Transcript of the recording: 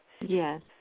Yes